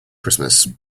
christmas